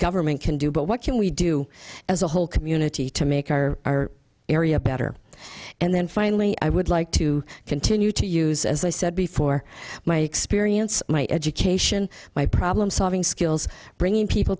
government can do but what can we do as a whole community to make our area better and then finally i would like to continue to use as i said before my experience my education my problem solving skills bringing people